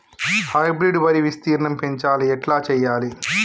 Hybrid వరి విస్తీర్ణం పెంచాలి ఎట్ల చెయ్యాలి?